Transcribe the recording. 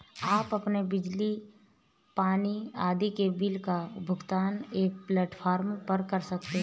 आप अपने बिजली, पानी आदि के बिल का भुगतान एक प्लेटफॉर्म पर कर सकते हैं